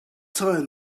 time